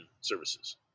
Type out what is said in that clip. services